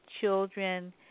children